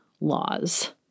laws